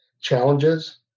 challenges